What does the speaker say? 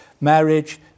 marriage